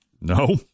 No